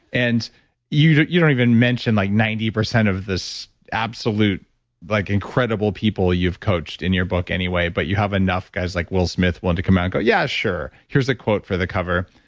and you don't you don't even mention like ninety percent of this absolute like incredible people you've coached in your book anyway, but you have enough guys like will smith want to come and go, yeah sure. here's here's a quote for the cover.